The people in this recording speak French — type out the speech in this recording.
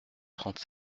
trente